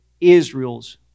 Israel's